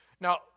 Now